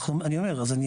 אז אני אומר,